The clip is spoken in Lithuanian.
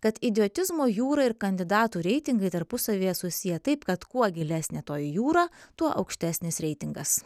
kad idiotizmo jūra ir kandidatų reitingai tarpusavyje susiję taip kad kuo gilesnė toji jūra tuo aukštesnis reitingas